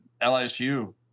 LSU